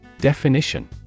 Definition